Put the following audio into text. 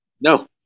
No